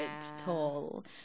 tall